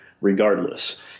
regardless